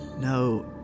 no